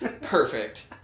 perfect